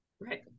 Right